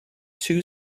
two